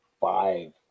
five